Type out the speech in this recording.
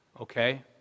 okay